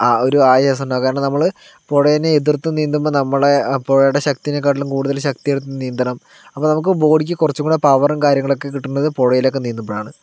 ആ ഒരു ആയാസം ഉണ്ടാവും കാരണം നമ്മൾ പുഴേനെ എതിർത്ത് നീന്തുമ്പോൾ നമ്മളെ പുഴയുടെ ശക്തിനെക്കാട്ടിലും കൂടുതൽ ശക്തിയെടുത്ത് നീന്തണം അപ്പോൾ നമുക്ക് ബോഡിക്ക് കുറച്ചുകുടി പവറും കാര്യങ്ങളും ഒക്കെ കിട്ടുന്നത് പുഴയിലൊക്കെ നീന്തുമ്പോഴാണ്